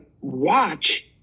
watch